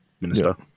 minister